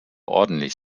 ordentlich